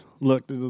look